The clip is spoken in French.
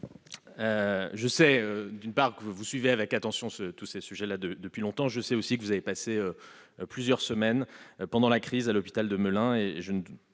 Je sais que vous suivez avec attention tous ces sujets depuis longtemps. Je sais aussi que vous avez passé plusieurs semaines durant la crise à l'hôpital de Melun. Je ne